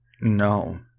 No